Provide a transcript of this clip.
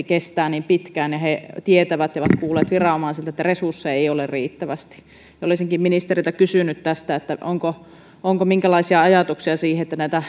kestää niin pitkään ja he tietävät ja ovat kuulleet viranomaisilta että resursseja ei ole riittävästi olisinkin ministeriltä kysynyt tästä onko onko minkälaisia ajatuksia siitä että näitä